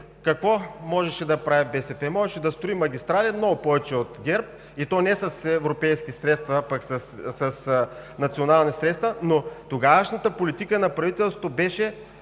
можеше да прави БСП? Можеше да строи магистрали много повече от ГЕРБ, и то не с европейски средства, а с национални средства, но тогавашната политика на правителството беше